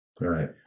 Right